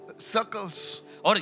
circles